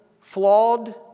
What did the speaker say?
flawed